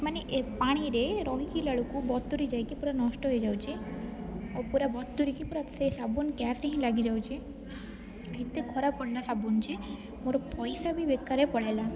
ମାନେ ଏ ପାଣିରେ ରହିଗଲା ବେଳକୁ ବତୁରି ଯାଇକି ପୁରା ନଷ୍ଟ ହୋଇଯାଉଛି ଆଉ ପୁରା ବତୁରିକି ପୁରା ସେଇ ସାବୁନ କେସ୍ରେ ହିଁ ଲାଗିଯାଉଛି ଏତେ ଖରାପ ପଡ଼ିଲା ସାବୁନ ଯେ ମୋର ପଇସା ବି ବେକାରରେ ପଳେଇଲା